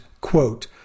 quote